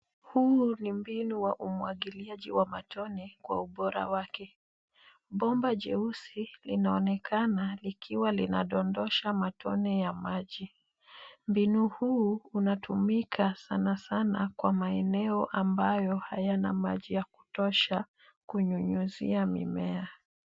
Huu ni mbinu wa umwagiliaji wa matone kwa ubora wake. Bomba jeusi linaonekana likiwa linadodosha matone ya maji. Mbinu huu unatumika sanasana kwa maeneo ambayo hayana maji ya kutosha kunyunyuzia mimea.